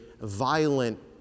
violent